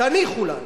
תניחו לנו,